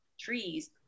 trees